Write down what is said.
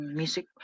music